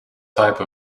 type